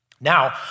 Now